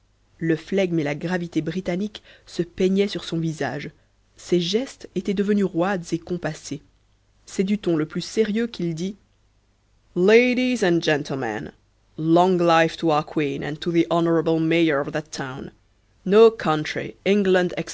le flegme et la gravité britanniques se peignaient sur son visage ses gestes étaient devenus roides et compassés c'est du ton le plus sérieux qu'il dit